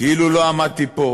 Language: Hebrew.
כאילו לא עמדתי פה